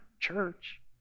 church